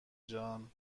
جان